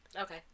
Okay